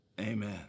Amen